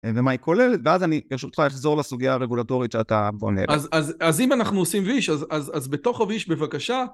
ומה היא כוללת, ואז אני, ברשותך, אחזור לסוגיה הרגולטורית שאתה בונה. אז אם אנחנו עושים וויש, אז בתוך הוויש, בבקשה.